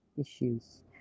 issues